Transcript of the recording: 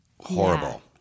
horrible